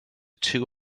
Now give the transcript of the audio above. two